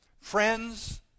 friends